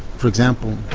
for example,